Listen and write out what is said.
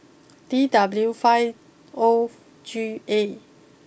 D W five O G A